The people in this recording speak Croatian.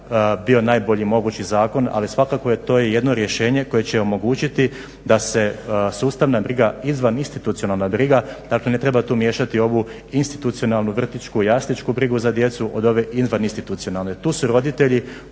bio najbolji mogući zakon, ali svakako je to i jedno rješenje koje će omogućiti da se sustavna briga i izvaninstitucionalna briga, dakle ne treba tu miješati ovu institucionalnu, vrtićku, jasličku brigu za djecu od ove izvaninstitucionalne. Tu roditelji